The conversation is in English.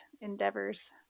endeavors